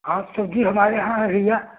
आप सब्ज़ी हमारे यहाँ है भैया